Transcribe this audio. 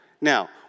Now